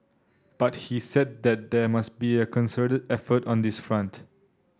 but he said that there must be a concerted effort on this front